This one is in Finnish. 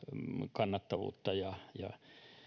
kannattavuutta ja ja